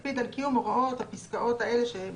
המעסיק יקפיד על קיום הוראות פסקאות שמייד